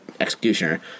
executioner